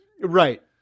Right